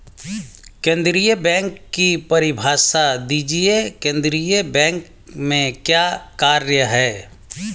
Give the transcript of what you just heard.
केंद्रीय बैंक की परिभाषा दीजिए केंद्रीय बैंक के क्या कार्य हैं?